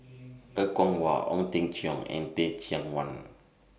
Er Kwong Wah Ong Teng Cheong and Teh Cheang Wan